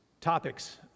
topics